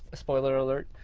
spoiler alert.